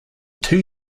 two